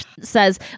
says